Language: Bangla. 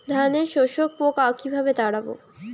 ধানে শোষক পোকা কিভাবে তাড়াব?